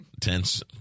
Tense